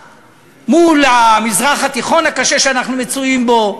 מול המזרח התיכון הקשה שאנחנו מצויים בו,